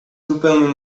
zupełnie